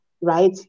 right